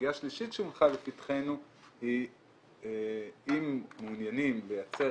וסוגיה שלישית שהונחה לפתחנו היא אם מעוניינים לייצר